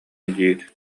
диир